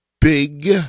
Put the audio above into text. Big